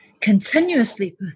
continuously